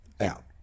out